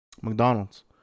mcdonald's